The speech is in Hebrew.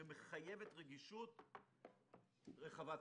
שמחייבת רגישות רחבת-היקף.